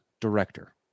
director